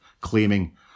claiming